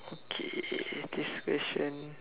okay this question